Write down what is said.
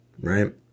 Right